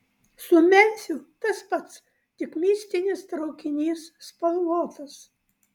su memfiu tas pats tik mistinis traukinys spalvotas